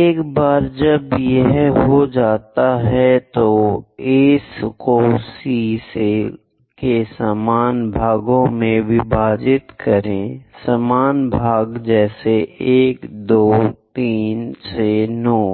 एक बार जब यह हो जाता है तो A को C को समान भागों में विभाजित करें समान भागों जैसे 1 2 3 से 9